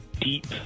deep